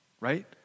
right